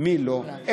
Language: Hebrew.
מי לא?